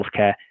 healthcare